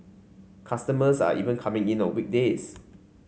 customers are even coming in on weekdays